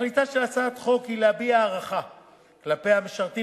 תכליתה של הצעת החוק היא להביע הערכה כלפי המשרתים